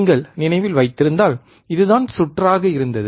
நீங்கள் நினைவில் வைத்திருந்தால் இதுதான் சுற்றாக இருந்தது